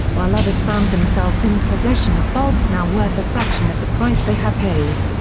while others found themselves in possession of bulbs now worth a fraction of the price they had paid.